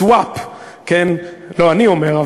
"סוואפ" לא אני אומר,